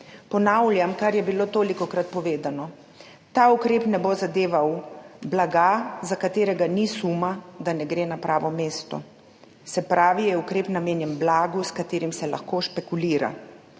Ponavljam, kar je bilo tolikokrat povedano. Ta ukrep ne bo zadeval blaga, za katerega ni suma, da ne gre na pravo mesto, se pravi, ukrep je namenjen blagu, s katerim se lahko špekulira.